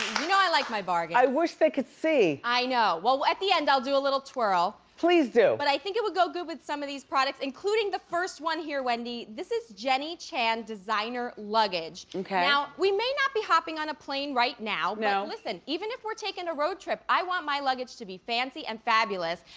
know i like my bargains. i wish they could see. i know, well, at the end, i'll do a little twirl. please do. but i think it would go good with some of these products, including the first one here, wendy, this is jenny chan designer luggage. okay. now we may not be hopping on a plane right now. no. but listen, even if we're taking a road trip, i want my luggage to be fancy and fabulous.